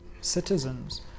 citizens